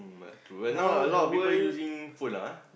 but true but now a lot of people using phone lah ah